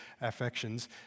Affections